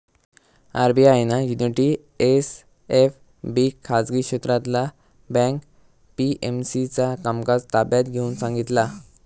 RBI ना Unity SFB खाजगी क्षेत्रातला बँक पी.एम.सी चा कामकाज ताब्यात घेऊन सांगितला